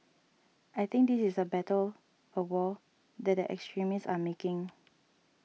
I think this is a battle a war that the extremists are making